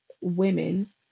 women